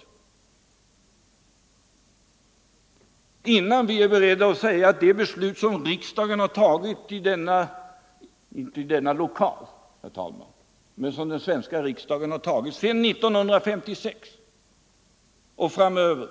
Skall vi inte göra det innan vi är beredda att säga att de beslut är felaktiga som riksdagen har fattat, inte i denna lokal, herr talman, men som den svenska riksdagen har fattat sedan 1956 och framöver